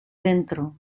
dentro